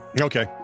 Okay